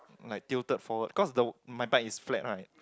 like tilted forward cause the my bike is flat right